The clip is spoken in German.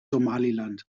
somaliland